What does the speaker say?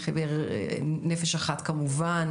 נפש אחת כמובן,